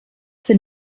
sind